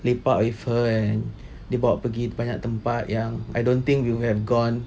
lepak with her and dia bawa pergi banyak tempat yang I don't think you have gone